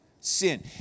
sin